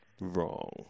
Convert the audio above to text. Wrong